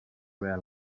were